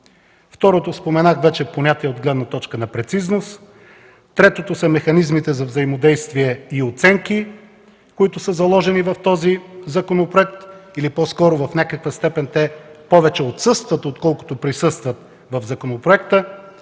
Второто, споменах вече – понятие от гледна точка на прецизност. Трето, са механизмите за взаимодействие и оценки, които са заложени в този законопроект, или по-скоро в някаква степен те повече отсъстват, отколкото присъстват в законопроекта.